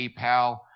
PayPal